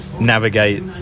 navigate